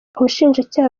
ubushinjacyaha